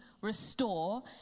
restore